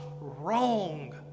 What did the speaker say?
Wrong